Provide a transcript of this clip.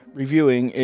reviewing